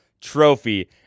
trophy